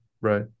Right